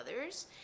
others